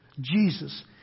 Jesus